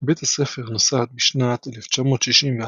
בית הספר נוסד בשנת 1964,